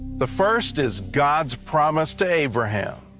the first is god's promise to abraham.